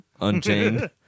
unchained